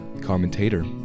commentator